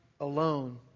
alone